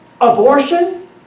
Abortion